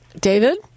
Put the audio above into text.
David